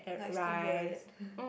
like steamboat like that